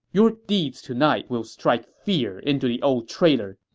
your deeds tonight will strike fear into the old traitor.